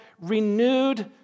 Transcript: renewed